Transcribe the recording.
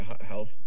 health